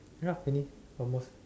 ya finish almost